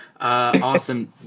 awesome